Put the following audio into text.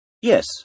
Yes